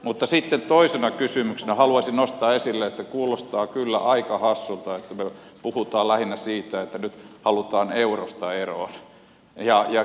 mutta sitten toisena kysymyksenä haluaisin nostaa esille että kuulostaa kyllä aika hassulta että me puhumme lähinnä siitä että nyt halutaan eurosta eroon